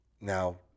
Now